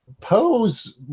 Poe's